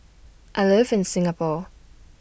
I live in Singapore